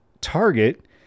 target